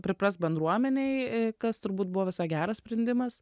priprask bendruomenėj kas turbūt buvo visai geras sprendimas